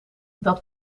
dat